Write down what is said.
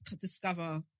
discover